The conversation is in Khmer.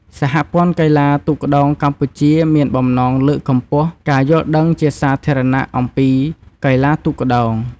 សហព័ន្ធកីឡាទូកក្ដោងកម្ពុជាមានបំណងលើកកម្ពស់ការយល់ដឹងជាសាធារណៈអំពីកីឡាទូកក្ដោង។